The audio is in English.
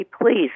please